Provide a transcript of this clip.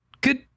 good